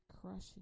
crushing